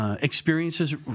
Experiences